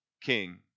king